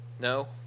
No